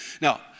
Now